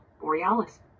Borealis